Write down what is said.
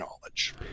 knowledge